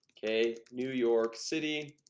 okay, new york city